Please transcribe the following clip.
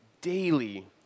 daily